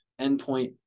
endpoint